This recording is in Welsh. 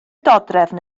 dodrefn